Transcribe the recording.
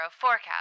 forecast